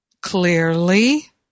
clearly